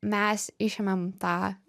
mes išimam tą